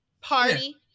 Party